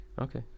Okay